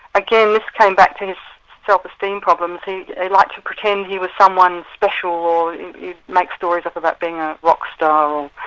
again this came back to his self-esteem problems. he liked to pretend he was someone special, or make stories up about being a rock star,